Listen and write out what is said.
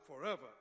forever